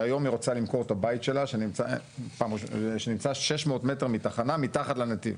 שהיום רוצה למכור את הבית שלה שנמצא 600 מטר מתחנה מתחת לנתיב.